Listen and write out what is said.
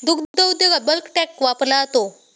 दुग्ध उद्योगात bulk tank वापरला जातो